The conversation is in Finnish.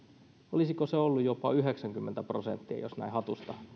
olisiko se ollut jopa yhdeksänkymmentä prosenttia jos näin hatusta